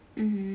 mmhmm